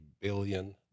billion